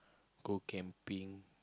go camping